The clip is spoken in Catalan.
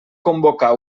convocar